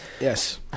Yes